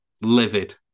Livid